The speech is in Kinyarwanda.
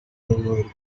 w’amahoro